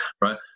right